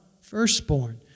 firstborn